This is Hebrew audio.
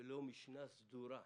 ללא משנה סדורה.